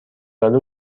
آلو